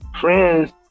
friends